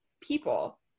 People